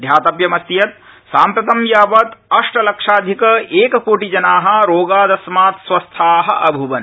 ध्यातव्यमस्ति यत् साम्प्रतं यावत् अष्टलक्षाधिक एककोटिजना रोगादस्मात् स्वस्था अभूवन्